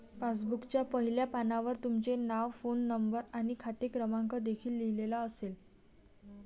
पासबुकच्या पहिल्या पानावर तुमचे नाव, फोन नंबर आणि खाते क्रमांक देखील लिहिलेला असेल